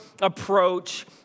approach